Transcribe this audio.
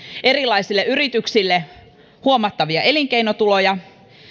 erilaisille yrityksille huomattavia elinkeinotuloja